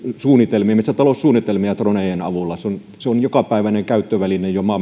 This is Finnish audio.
metsätaloussuunnitelmia dronejen avulla se on se on jokapäiväinen käyttöväline jo maa